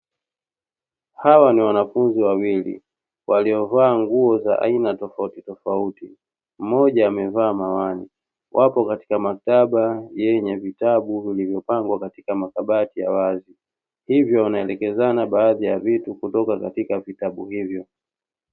Hawa ni mwanafunzi wawili waliovaa nguo za aina tofauti tofauti mmoja amevaa miwani, wapo katika maktaba yenye vitabu vilivyopangwa katika makabati ya wazi; hivyo wanaelekezana baadhi ya vitu kutoka katika vitabu hivyo.